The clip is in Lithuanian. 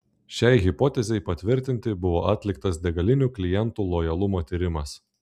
šiai hipotezei patvirtinti buvo atliktas degalinių klientų lojalumo tyrimas